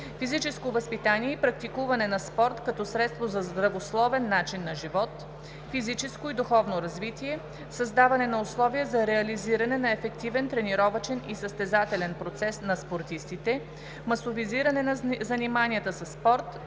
физическо възпитание и практикуване на спорт като средство за здравословен начин на живот, физическо и духовно развитие; създаване на условия за реализиране на ефективен тренировъчен и състезателен процес на спортистите, масовизиране на заниманията със спорт